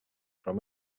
from